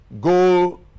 go